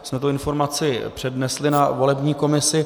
My jsme tuto informaci přednesli na volební komisi.